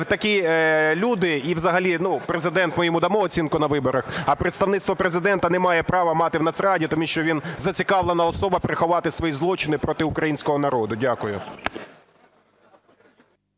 такі люди і взагалі Президент, ми йому дамо оцінку на виборах… А представництво Президента не має права мати в Нацраді, тому що він зацікавлена особа – приховати свої злочини проти українського народу. Дякую.